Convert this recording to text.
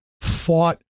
fought